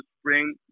spring